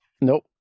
Nope